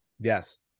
Yes